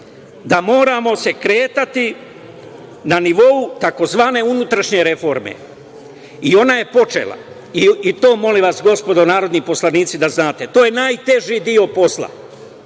se moramo kretati na nivou tzv. unutrašnje reforme. I ona je počela. To, molim vas, gospodo narodni poslanici, da znate. To je najteži deo posla